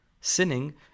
Sinning